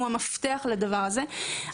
הוא המפתח לדבר הזה.